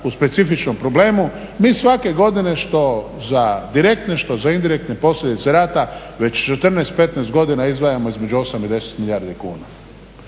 u specifičnom problemu mi svake godine što za direktne, što za indirektne posljedice rata već 14, 15 godina izdvajamo između 8 i 10 milijardi kuna.